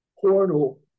portal